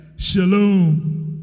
Shalom